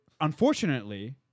Unfortunately